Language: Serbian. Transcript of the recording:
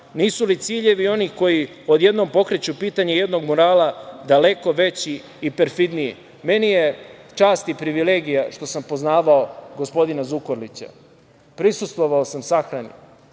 Nisu li ciljevi onih koji odjednom pokreću pitanje jednog murala daleko veći i perfidniji? Meni je čast i privilegija što sam poznavao gospodina Zukorlića. Prisustvovao sam sahrani